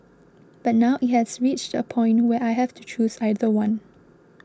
but now it has reached a point where I have to choose either one